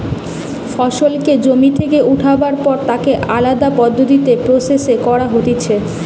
ফসলকে জমি থেকে উঠাবার পর তাকে আলদা পদ্ধতিতে প্রসেস করা হতিছে